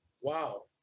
Wow